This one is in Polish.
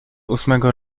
ósmego